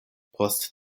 post